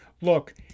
look